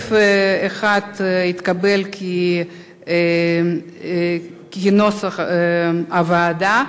סעיף 1 התקבל כנוסח הוועדה.